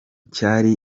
cyari